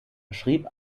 schrieb